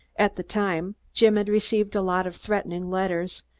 at the time, jim had received a lot of threatening letters,